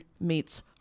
meets